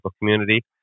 community